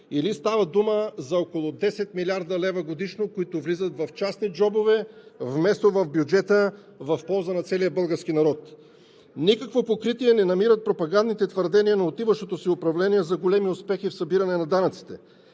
или става дума за около 10 млрд. лв. годишно, които влизат в частни джобове, вместо в бюджета в полза на целия български народ. Никакво покритие не намират пропагандните твърдения на отиващото си управление за големи успехи в събиране на данъците.